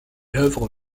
œuvre